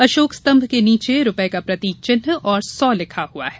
अशोक स्तंभ के नीचे रूपये का प्रतिक चिन्ह सौ लिखा हुआ है